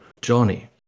Johnny